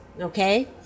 okay